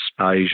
Asia